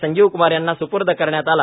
संजीवक्मार यांना सुपूर्द करण्यात आला